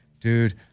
dude